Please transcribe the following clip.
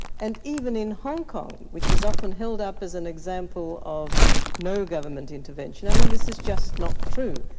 and even in hong kong, which is often held up as an example of no government intervention, i mean this is just not true.